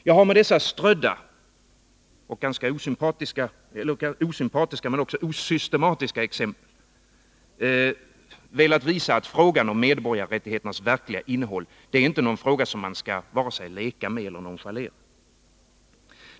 Jag har med dessa strödda och osystematiska men också ganska osympatiska exempel velat visa att frågan om medborgarrättigheternas verkliga innehåll inte är någon fråga man skall vare sig leka med eller nonchalera.